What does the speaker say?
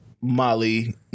Molly